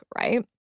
right